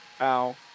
Ow